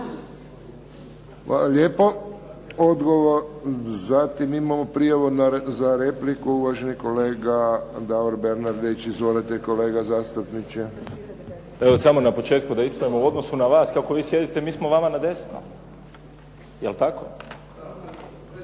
lijepo. Zatim imamo prijavu za repliku, uvaženi kolega Davor Bernardić. Izvolite kolega zastupniče. **Bernardić, Davor (SDP)** Evo samo na početku da ispravim u odnosu na vas kako vi sjedite mi smo vama na desno. Jel' tako?